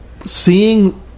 seeing